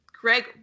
Greg